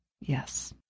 yes